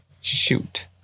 shoot